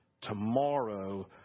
tomorrow